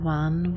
one